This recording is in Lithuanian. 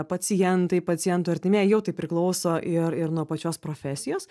pacientai pacientų artimieji jau tai priklauso ir ir nuo pačios profesijos